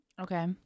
Okay